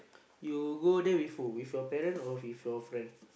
you go there before with your parent or with your friend